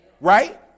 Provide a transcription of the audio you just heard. right